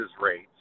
rates